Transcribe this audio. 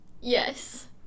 Yes